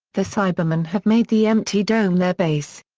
the cybermen have made the empty dome their base.